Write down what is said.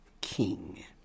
king